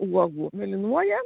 uogų mėlynuoja